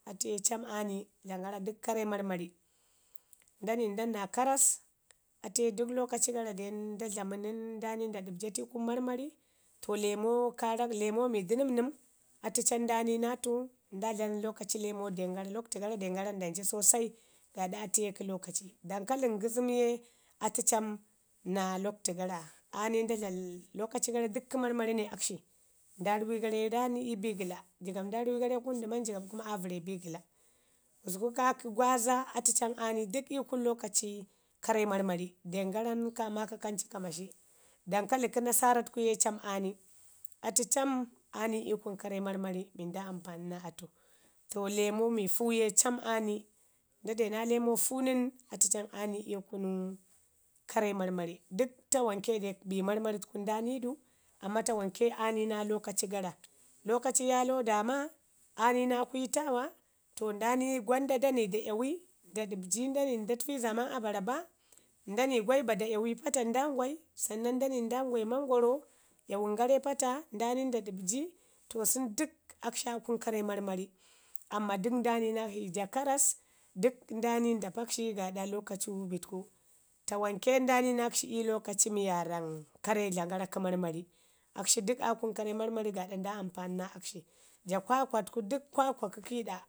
atu ya cam aa ni dlamən gara dək karre marmari. Nda ni ndanna karras, atu ye dək lokaci gara den nda dlamu nən nda ni nda ɗəɓjatu ii kunu marmari. To lemo karak lemo mi dənəmnəm atu cam nda ni naa atu nda dlam lokaci lemo den gara lakwtu gara den garan nda cu sosai gaaɗa otu ye kə lokaci. Dankalin ngəzəm ye atu cam naa lakwtu gara. Aa ni da dlam l lokaci gara dək kə marmari ne akshi. Nda ruwi gare ii raani ii bigəle. Jigaɓ nda ruwi gara ii kunu dəman jigaɓ kuma ii bigəla. Gusku kakə gwaza atu cam aa ni dək ii kunu lokaci karre marmari, den garan, kaa maakau kancu ka mashi. Dankali kə nasarat ku cam aa ni, atu cam aa ni ii kunu karre marmari nda ampani naa atu. To lemo mi fau ye cam aa ni, ndade naa lemo fau nən, atu cam ani ii kunu karre marmari. Dək tawanke bi marmari təku nda ni du, amman tawanke aa ni naa lokaci gara. Lokaci yaalo daama ani naa kwitaawa. To nda ni gwanda da ni da yowi nda ɗaɓjii nda nai nda təƙi zaaman abarba, nda nai gwanda da aai da iyawi pata nda ngwai sannan nda nai nda ngwai mangoro 'yawun gare ii pata ndo dəɓjii to sən dək akshi aa kunu karre mwamari, amma dək nda ni naakshi ja karrab dək nda ni nda pakshi gaaɗa lokacu bitku tawanke nda ni na akshi ii lokaci mi waaraa karre dlamu nakshi kə marmari. Akshi dək aa kunu karre marmari gaaɗa nda ampani naa akshi. Ja kwakwa təku dək kwakwa kə kiiɗa